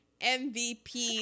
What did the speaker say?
MVP